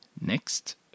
next